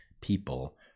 people